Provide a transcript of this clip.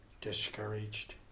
discouraged